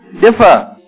differ